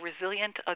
resilient